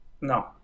No